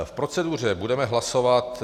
V proceduře budeme hlasovat...